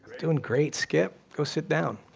doing great, skip, go sit down.